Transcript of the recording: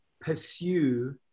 pursue